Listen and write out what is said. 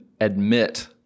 admit